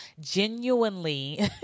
genuinely